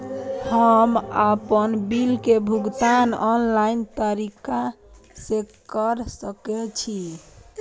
हम आपन बिल के भुगतान ऑनलाइन तरीका से कर सके छी?